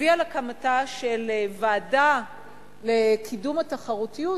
הביאה להקמתה של ועדה לקידום התחרותיות,